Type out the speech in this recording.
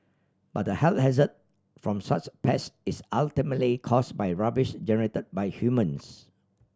but the health hazard from such pests is ultimately caused by rubbish generated by humans